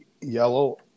yellow